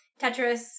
Tetris